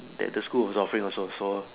that the school was offering also so